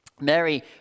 Mary